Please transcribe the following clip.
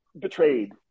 betrayed